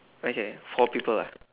okay for people lah